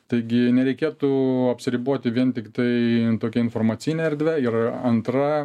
taigi nereikėtų apsiriboti vien tiktai tokia informacine erdve ir antra